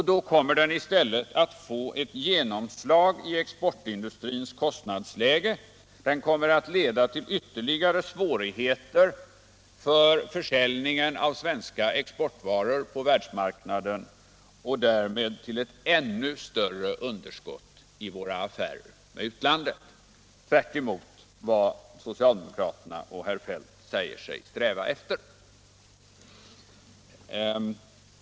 Då kommer den i stället att få ett genomslag i exportindustrins kostnadsläge, leda till ytterligare svårigheter för försäljningen av svenska exportvaror på världsmarknaden och därmed till ett ännu större underskott i våra affärer med utlandet. Det är tvärtemot vad socialdemokraterna och herr Feldt säger sig sträva efter.